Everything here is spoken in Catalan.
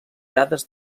dades